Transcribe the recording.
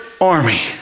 army